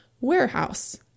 warehouse